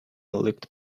looked